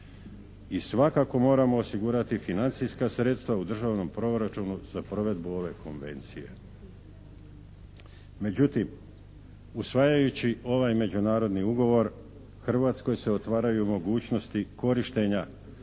i svakako moramo osigurati financijska sredstva u državnom proračunu za provedbu ove konvencije. Međutim, usvajajući ovaj međunarodni ugovor, Hrvatskoj se otvaraju mogućnosti korištenja